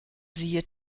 siehe